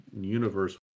universe